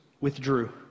withdrew